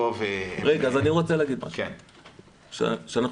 אבל המספרים שאתה נותן פה --- כשאנחנו